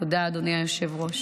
תודה, אדוני היושב-ראש.